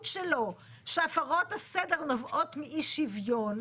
שלו שהפרות הסדר נובעות מאי שוויון,